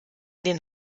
den